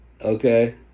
Okay